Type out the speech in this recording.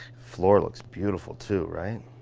floor looks beautiful too, right?